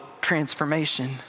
transformation